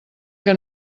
que